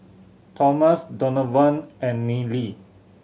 Thomas Donavon and Neely